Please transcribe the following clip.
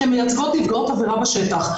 כמייצגות נפגעות עבירה בשטח.